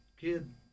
kid